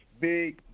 big